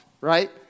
right